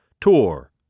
Tour